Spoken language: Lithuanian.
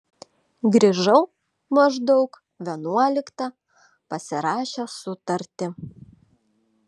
grįžau maždaug vienuoliktą pasirašęs sutartį